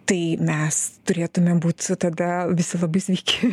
tai mes turėtume būt tada visi labai sveiki